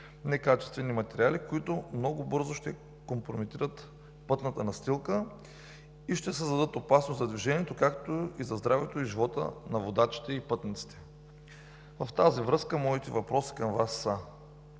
некачествени материали, които много бързо ще компрометират пътната настилка и ще създадат опасност за движението, както и за здравето и живота на водачите и пътниците. В тази връзка моите въпроси към Вас са: